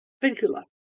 Vincula